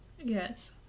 Yes